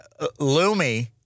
Lumi